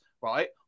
right